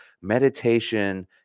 meditation